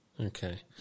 Okay